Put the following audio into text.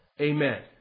Amen